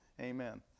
amen